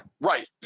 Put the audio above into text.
Right